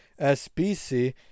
SBC